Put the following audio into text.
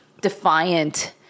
defiant